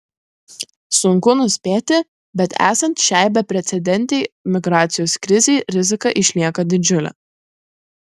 sunku nuspėti bet esant šiai beprecedentei migracijos krizei rizika išlieka didžiulė